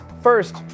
First